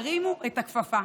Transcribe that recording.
תרימו את הכפפה: